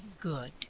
good